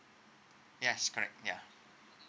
yes correct ya